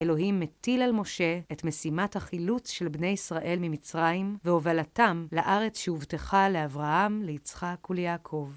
אלוהים מטיל על משה את משימת החילוץ של בני ישראל ממצרים, והובלתם לארץ שהובטחה לאברהם, ליצחק וליעקב.